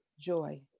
Joy